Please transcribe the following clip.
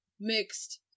mixed